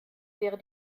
wäre